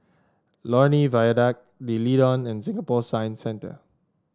Lornie Viaduct D'Leedon and Singapore Science Centre